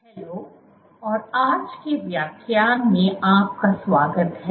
hello और आज के व्याख्यान में आपका स्वागत है